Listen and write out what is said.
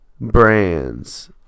brands